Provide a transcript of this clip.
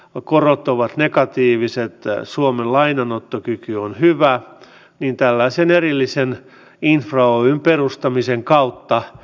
eli meillä ovat terveyserot kasvaneet vaikka tämä hyvinvointiyhteiskunta on hyvä tällaisen erillisen infra oyn perustamisen kautta